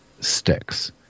sticks